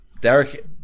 Derek